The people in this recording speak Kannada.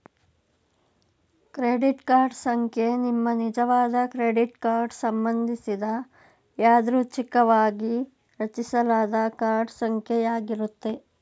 ಕ್ರೆಡಿಟ್ ಕಾರ್ಡ್ ಸಂಖ್ಯೆ ನಿಮ್ಮನಿಜವಾದ ಕ್ರೆಡಿಟ್ ಕಾರ್ಡ್ ಸಂಬಂಧಿಸಿದ ಯಾದೃಚ್ಛಿಕವಾಗಿ ರಚಿಸಲಾದ ಕಾರ್ಡ್ ಸಂಖ್ಯೆ ಯಾಗಿರುತ್ತೆ